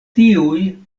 tiuj